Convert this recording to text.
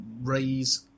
raise